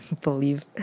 Believe